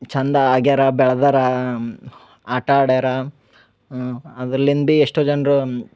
ಚಂದ ಆಗ್ಯರ ಬೆಳ್ದರ ಆಟ ಆಡ್ಯಾರ ಅದರ್ಲಿಂದ ಭೀ ಎಷ್ಟೋ ಜನರು